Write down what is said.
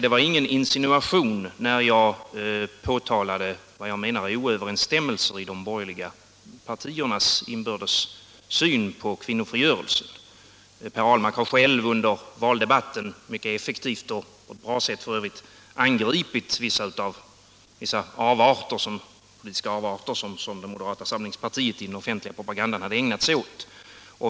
Det var ingen insinuation när jag påtalade vad jag menar är oöverensstämmelser i de borgerliga partiernas inbördes syn på kvinnofrigörelsen. Per Ahlmark har själv under valdebatten mycket effektivt, och f.ö. på ett bra sätt, angripit vissa avarter som moderata samlingspartiet i den offentliga propagandan ägnade sig åt.